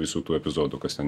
visų tų epizodų kas ten